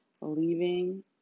leaving